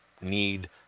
need